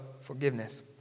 forgiveness